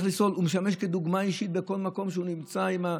הוא משמש דוגמה אישית בכל מקום שהוא נמצא בו,